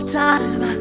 time